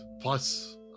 Plus